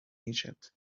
egypt